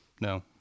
No